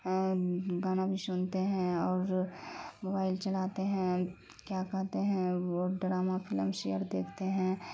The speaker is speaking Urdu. گانا بھی شنتے ہیں اور موبائل چلاتے ہیں کیا کہتے ہیں وہ ڈرامہ فلم شیئر دیکھتے ہیں